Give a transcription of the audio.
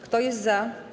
Kto jest za?